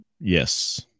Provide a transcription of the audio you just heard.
Yes